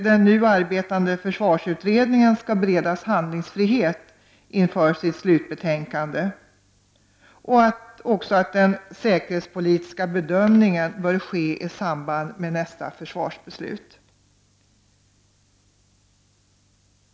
— Den nu arbetande försvarsutredningen skall beredas handlingsfrihet inför sitt slutbetänkande. —- Den säkerhetspolitiska bedömningen bör ske i samband med nästa försvarsbeslut.